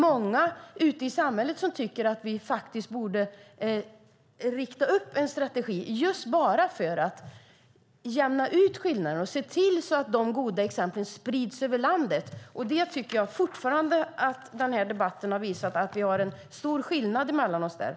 Många ute i samhället tycker att vi borde skapa en strategi för att jämna ut skillnaderna och se till att de goda exemplen sprids över landet. Den här debatten har visat att det finns en stor skillnad mellan oss alla.